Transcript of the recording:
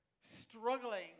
struggling